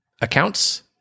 accounts